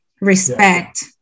respect